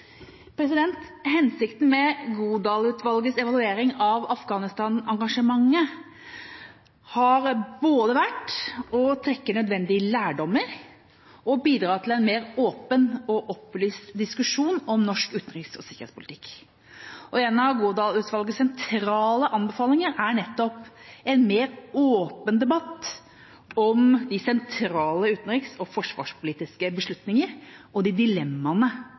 Hensikten med Godal-utvalgets evaluering av Afghanistan-engasjementet har vært både å trekke nødvendig lærdom og å bidra til en mer åpen og opplyst diskusjon om norsk utenriks- og sikkerhetspolitikk. En av Godal-utvalgets sentrale anbefalinger er nettopp en mer åpen debatt om de sentrale utenriks- og forsvarspolitiske beslutninger og de dilemmaene